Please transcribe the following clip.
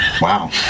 Wow